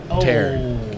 tear